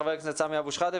חבר הכנסת סמי אבו שחאדה,